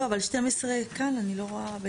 לא, אבל 12 כאן אני לא רואה.